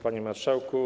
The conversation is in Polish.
Panie Marszałku!